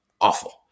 awful